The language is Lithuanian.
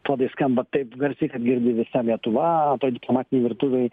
puodai skamba taip garsiai kad girdi visa lietuva toj diplomatinėj virtuvėj